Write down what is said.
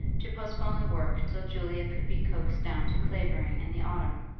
to postpone the work till julia could be coaxed down to clavering in the autumn.